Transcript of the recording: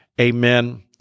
Amen